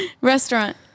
Restaurant